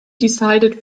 decided